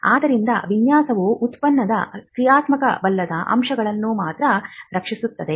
ಆದ್ದರಿಂದ ವಿನ್ಯಾಸವು ಉತ್ಪನ್ನದ ಕ್ರಿಯಾತ್ಮಕವಲ್ಲದ ಅಂಶಗಳನ್ನು ಮಾತ್ರ ರಕ್ಷಿಸುತ್ತದೆ